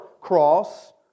cross